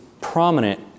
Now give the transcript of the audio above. prominent